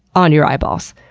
on your eyeballs.